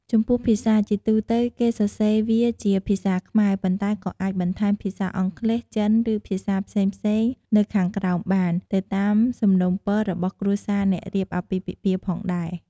ចំពោះភាសា ជាទូទៅ គេសរសេរវាជាភាសាខ្មែរ ប៉ុន្តែក៏អាចបន្ថែមភាសាអង់គ្លេស ចិន ឬភាសាផ្សេងៗនៅខាងក្រោមបាន ទៅតាមសំណូមពររបស់គ្រួសារអ្នករៀបអាពាហ៍ពិពាហ៍ផងដែរ។